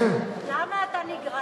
כי אין לנו, למה אתה נגרר?